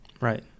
Right